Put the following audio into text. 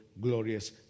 glorious